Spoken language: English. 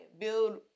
build